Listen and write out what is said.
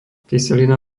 kyselina